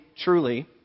truly